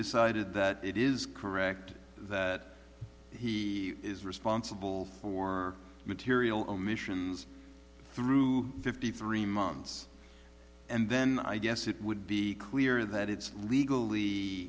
decided that it is correct that he is responsible for material omissions through fifty three months and then i guess it would be clear that it's legally